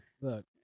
Look